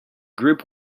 group